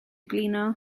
blino